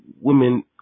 women